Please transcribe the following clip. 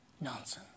nonsense